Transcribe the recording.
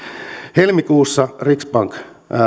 helmikuussa riksbank